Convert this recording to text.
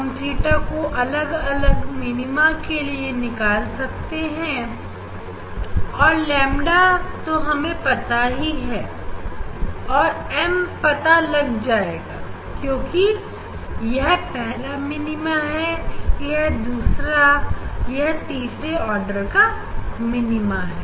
हमें theta को अलग अलग मिनीमा के लिए निकाल सकते हैं और lambda तो हमें पता ही है और m पता लग जाएगा क्योंकि यह पहला मिनीमा है यह दूसरा और यह तीसरा आर्डर का मिनीमा है